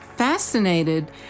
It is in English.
Fascinated